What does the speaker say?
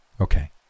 okay